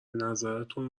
نظرتون